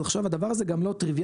אז עכשיו הדבר הזה גם לא טריוויאלי,